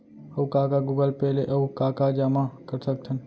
अऊ का का गूगल पे ले अऊ का का जामा कर सकथन?